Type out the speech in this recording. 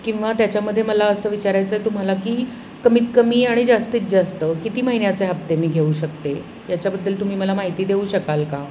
किंवा त्याच्यामध्ये मला असं विचारायचं आहे तुम्हाला की कमीत कमी आणि जास्तीत जास्त किती महिन्याचे हप्ते मी घेऊ शकते याच्याबद्दल तुम्ही मला माहिती देऊ शकाल का